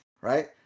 right